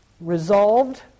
resolved